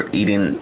eating